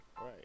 Right